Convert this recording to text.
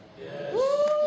Yes